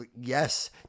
Yes